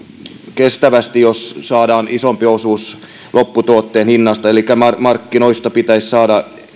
kestävästi jos saadaan isompi osuus lopputuotteen hinnasta elikkä markkinoista pitäisi saada